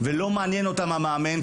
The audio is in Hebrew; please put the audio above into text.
ולא מעניין אותם המאמן,